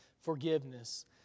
forgiveness